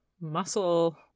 muscle